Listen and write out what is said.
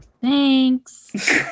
Thanks